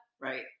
Right